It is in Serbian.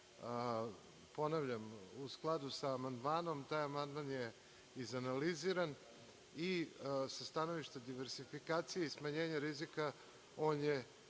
Ponavljam, u skladu sa amandmanom, taj amandman je izanaliziran i sa stanovišta diversifikacije i smanjenja rizika, on je kao takav